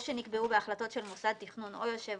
או שנקבעו בהחלטות של מוסד תכנון או יושב